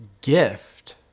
gift